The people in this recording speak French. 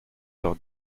leur